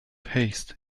haste